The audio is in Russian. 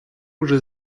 уже